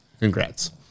congrats